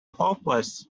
hopeless